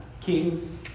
Kings